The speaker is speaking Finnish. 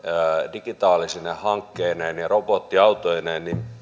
digitaalisine hankkeineen ja robottiautoineen niin